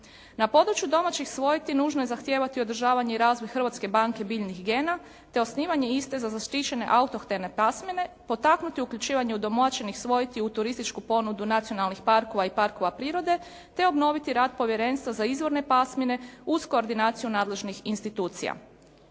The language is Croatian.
Na području domaćih svojti nužno je zahtijevati održavanje i razvoj Hrvatske banke biljnih gena te osnivanje iste za zaštićene autohtone pasmine, potaknuti uključivanje udomaćenih svojti u turističku ponudu nacionalnih parkova i parkova prirode te obnoviti rad povjerenstva za izvorne pasmine uz koordinaciju nadležnih institucija.